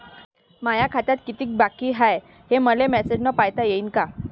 माया खात्यात कितीक बाकी हाय, हे मले मेसेजन पायता येईन का?